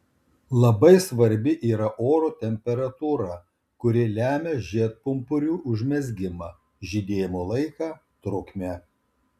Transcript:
labai svarbi yra oro temperatūra kuri lemia žiedpumpurių užmezgimą žydėjimo laiką trukmę